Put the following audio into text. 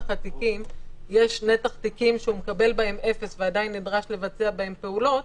התיקים יש נתח תיקים שהוא מקבל בהם אפס ועדיין נדרש לבצע בהם פעולות,